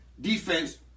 defense